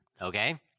okay